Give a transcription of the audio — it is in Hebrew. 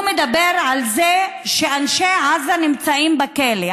הוא מדבר על זה שאנשי עזה נמצאים בכלא.